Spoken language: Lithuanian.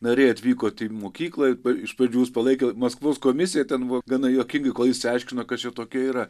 nariai atvykot į mokyklą iš pradžių jus palaikė maskvos komisija ten buvo gana juokinga kol išsiaiškino kad čia tokie yra